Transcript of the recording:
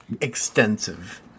extensive